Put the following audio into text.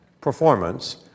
performance